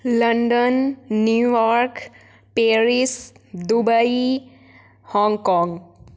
London New York Paris Dubai Hong Kong